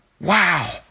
Wow